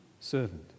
servant